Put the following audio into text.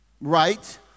right